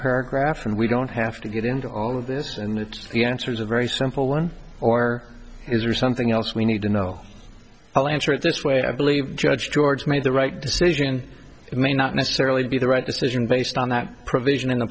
paragraph and we don't have to get into all of this and that the answer is a very simple one or is there something else we need to know i'll answer it this way i believe judge george made the right decision may not necessarily be the right decision based on that provision in the